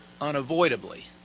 unavoidably